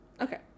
Okay